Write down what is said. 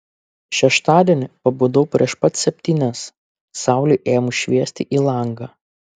šeštadienį pabudau prieš pat septynias saulei ėmus šviesti į langą